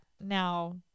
Now